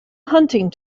hunting